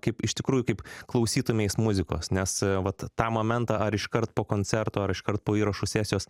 kaip iš tikrųjų kaip klausytumeis muzikos nes vat tą momentą ar iškart po koncerto ar iškart po įrašų sesijos